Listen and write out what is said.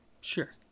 Sure